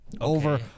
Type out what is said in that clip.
Over